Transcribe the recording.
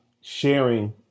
sharing